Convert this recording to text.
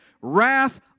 wrath